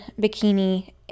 bikini